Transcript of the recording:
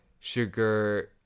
sugar